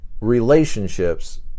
relationships